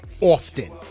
often